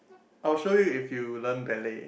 I will show you if you learn ballet